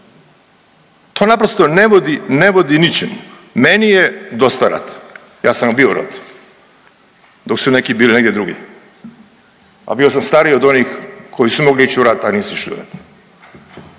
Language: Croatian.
To naprosto ne vodi, ne vodi ničemu. Meni je dosta rata. Ja sam bio u ratu dok su neki bili negdje drugdje, a bio sam stariji od onih koji su mogli ići u rat, a nisu išli u